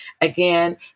Again